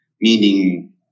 meaning